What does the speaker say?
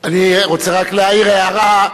אני רוצה רק להעיר הערה,